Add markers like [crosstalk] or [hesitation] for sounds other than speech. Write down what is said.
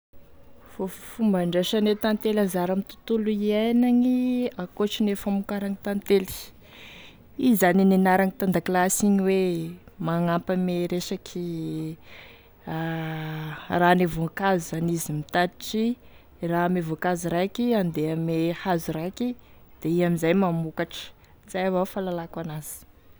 Fomba andraisane tantely anzara ame tontolo iaignagny, ankoatry ne famokaragny tantely izy zany e nenarany tan-dakilasy igny hoe magnampy ame resaky [hesitation] raha ne voankazo zany, izy mitatitry raha ame voankazo raiky handeha ame hazo raiky da igny amizay e mamokatry izay avao e fahalalako an'azy.